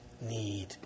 need